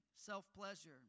self-pleasure